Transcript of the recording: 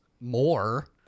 more